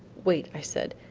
wait, i said,